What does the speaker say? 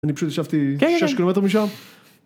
אני פשוט ישבתי שש קילומטר משם.